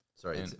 Sorry